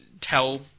tell